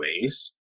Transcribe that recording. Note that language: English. ways